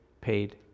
paid